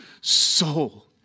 soul